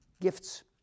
gifts